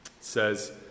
says